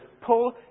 Paul